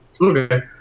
Okay